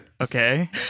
Okay